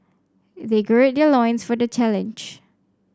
they gird their loins for the challenge